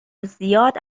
زیاد